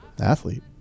Athlete